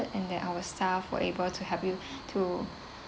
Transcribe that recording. and that our staff were able to help you to